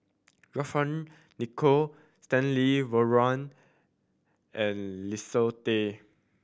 John Fearns Nicoll Stanley Warren and Leslie Tay